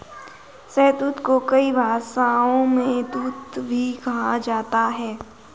शहतूत को कई भाषाओं में तूत भी कहा जाता है